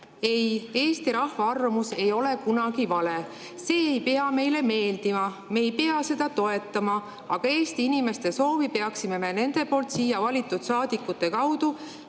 Ei, Eesti rahva arvamus ei ole kunagi vale. See ei pea meile meeldima, me ei pea seda toetama, aga Eesti inimeste soovi peaksime me nende poolt siia valitud saadikute kaudu